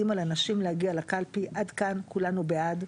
על אנשים להגיע לקלפי עד כאן כולנו בעד,